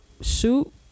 shoot